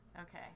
Okay